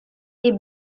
est